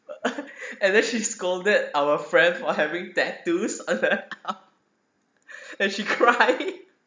and then she scolded our friends for having tattoos and she cried